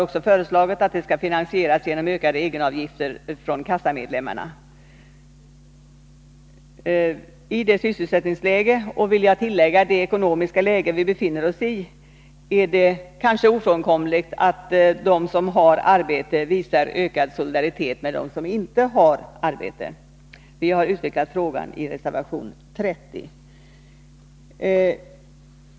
Detta bör finansieras genom ökade egenavgifter från kassamedlemmarna. I det sysselsättningsläge — och det ekonomiska läge — som vi befinner oss i är det kanske ofrånkomligt att de som har arbete visar ökad solidaritet med dem som inte har arbete. Vi har utvecklat frågan i reservation 30.